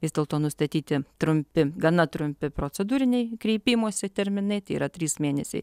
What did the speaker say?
vis dėlto nustatyti trumpi gana trumpi procedūriniai kreipimosi terminai tai yra trys mėnesiai